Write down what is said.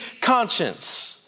conscience